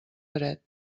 dret